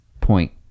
point